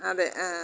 അതേ